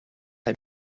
kaj